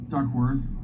Duckworth